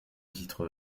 titres